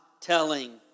telling